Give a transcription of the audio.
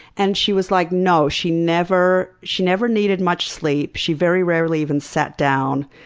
and she was like, no, she never she never needed much sleep. she very rarely even sat down.